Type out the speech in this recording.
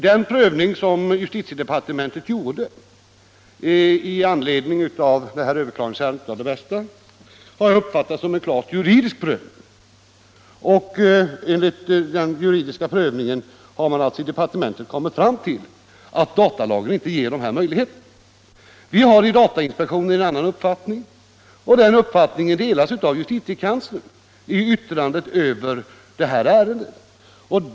Den prövning som justitiedepartementet gjorde i anledning av överklagandet av Det Bästa har uppfattats som en klart juridisk prövning, och enligt den har alltså departementet kommit fram till att datalagen inte ger dessa möjligheter som den ansågs ge. Vi har en annan uppfattning inom datainspektionen, och den uppfattningen delas av justitiekanslern i yttrandet över detta ärende.